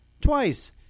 twice